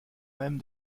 même